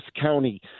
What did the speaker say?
County